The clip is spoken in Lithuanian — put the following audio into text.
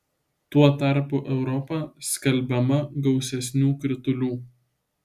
tuo tarpu europa skalbiama gausesnių kritulių